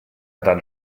dann